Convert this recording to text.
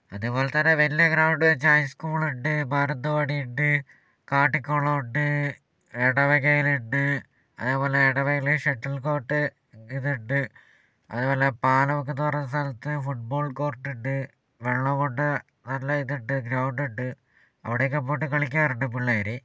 അതേപോലെതന്നെ വലിയ ഗ്രൗണ്ട് വെച്ചാൽ ഹൈസ്ക്കൂളുണ്ട് മാനന്തവാടി ഉണ്ട് കാട്ടിക്കുളം ഉണ്ട് എടവകേലുണ്ട് അതുപോലെ എടവകേൽ ഷട്ടിൽ കോർട്ട് ഇതുണ്ട് അതുപോലെ പാലമുക്ക് എന്നുപറഞ്ഞ സ്ഥലത്ത് ഫുട്ബോൾ കോർട്ട് ഉണ്ട് വെള്ളംകൊണ്ട് നല്ല ഇതുണ്ട് ഗ്രൗണ്ട് ഉണ്ട് അവിടൊക്കെ പോയിട്ട് കളിക്കാറുണ്ട് പിള്ളേര്